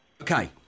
Okay